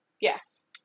yes